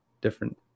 different